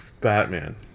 Batman